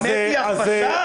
האמת היא הכפשה?